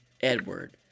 Edward